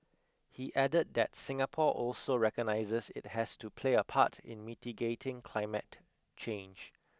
he added that Singapore also recognises it has to play a part in mitigating climate change